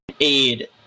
aid